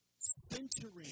centering